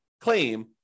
claim